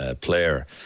player